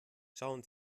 schauen